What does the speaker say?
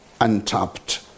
untapped